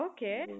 Okay